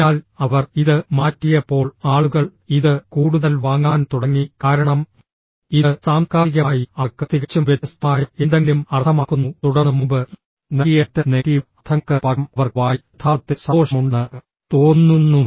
അതിനാൽ അവർ ഇത് മാറ്റിയപ്പോൾ ആളുകൾ ഇത് കൂടുതൽ വാങ്ങാൻ തുടങ്ങി കാരണം ഇത് സാംസ്കാരികമായി അവർക്ക് തികച്ചും വ്യത്യസ്തമായ എന്തെങ്കിലും അർത്ഥമാക്കുന്നു തുടർന്ന് മുമ്പ് നൽകിയ മറ്റ് നെഗറ്റീവ് അർത്ഥങ്ങൾക്ക് പകരം അവർക്ക് വായിൽ യഥാർത്ഥത്തിൽ സന്തോഷമുണ്ടെന്ന് തോന്നുന്നു